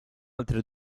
altre